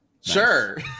Sure